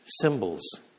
symbols